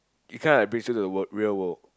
you can't appreciate the world real world